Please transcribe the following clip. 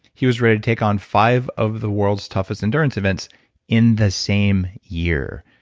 he was ready to take on five of the world's toughest endurance events in the same year.